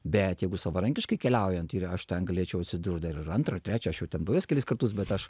bet jeigu savarankiškai keliaujant tai aš ten galėčiau atsidurt dar ir antrą trečią aš jau ten buvęs kelis kartus bet aš